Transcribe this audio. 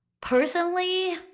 Personally